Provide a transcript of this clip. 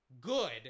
good